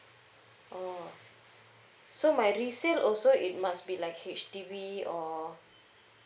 oh so my resale also it must be like H_D_B or